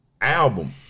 album